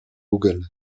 google